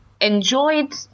enjoyed